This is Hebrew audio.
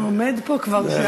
הוא עומד פה כבר שעה.